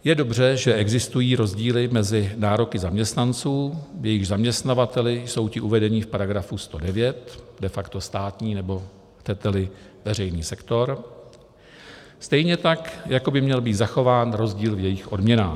Je dobře, že existují rozdíly mezi nároky zaměstnanců, jejichž zaměstnavateli jsou ti uvedení v § 109, de facto státní, nebo chceteli veřejný sektor, stejně tak jako by měl být zachován rozdíl v jejich odměnách.